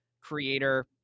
creator